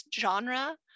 genre